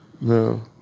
No